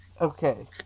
Okay